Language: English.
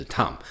Tom